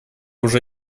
уже